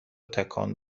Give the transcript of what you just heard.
تکان